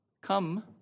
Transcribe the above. come